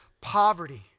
poverty